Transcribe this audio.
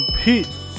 Peace